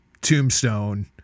tombstone